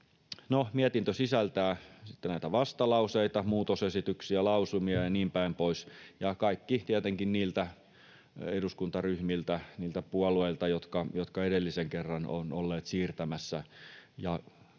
Mietintö sisältää vastalauseita, muutosesityksiä, lausumia ja niin päin pois, ja kaikki tietenkin niiltä eduskuntaryhmiltä, niiltä puolueilta, jotka edellisen kerran ovat olleet siirtämässä